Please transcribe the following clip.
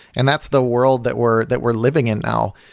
and that's the world that we're that we're living in now.